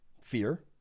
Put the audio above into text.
Fear